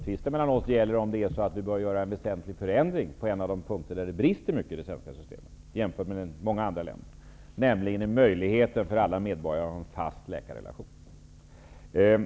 Tvisten mellan oss gäller om vi bör göra en väsentlig förändring på en av de punkter där det brister mycket i det svenska systemet jämfört med många andra länder, nämligen i möjligheten för alla medborgare att ha en fast läkarrelation.